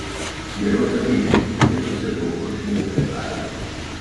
geriau atsakykit kaip susirgo kurčnebylė aids